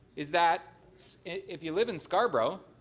is that if you live in scarborough,